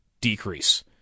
Decrease